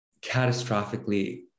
catastrophically